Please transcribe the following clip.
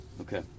Okay